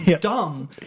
dumb